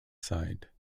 side